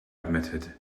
admitted